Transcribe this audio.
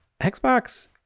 Xbox